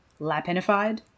lapinified